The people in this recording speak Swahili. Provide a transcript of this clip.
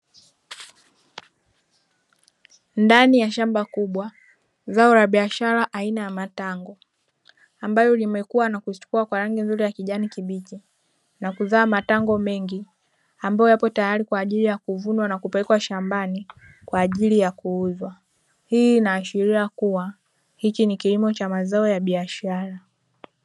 Ndani ya shamba kubwa, zao la biashara aina ya matango ambalo limekua na kuchipua kwa rangi nzuri ya kijani kibichi na kuzaa matango mengi, ambayo yapo tayari kwa ajili ya kuvunwa na kupelekwa shambani kwa ajili ya kuuzwa. Hii inaashiria kuwa hiki ni kilimo cha mazao ya biashara.